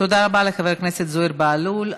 תודה רבה לחבר הכנסת זוהיר בהלול.